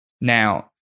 now